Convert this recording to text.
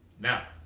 Now